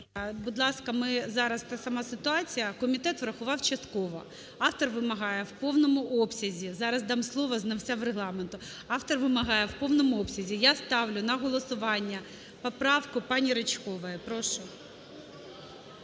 Будь ласка, ми зараз ця ж сама ситуація. Комітет враховував частково, автор вимагає в повному обсязі, зараз дам слово знавцям Регламенту. Автор вимагає в повному обсязі. Я ставлю на голосування поправку Ричкової, прошу.